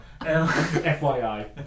FYI